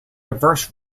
diverse